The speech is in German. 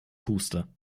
puste